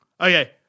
Okay